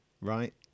right